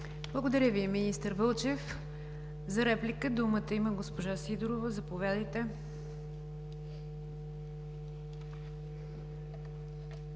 Благодаря Ви, министър Вълчев. За реплика думата има госпожа Сидорова – заповядайте.